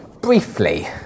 Briefly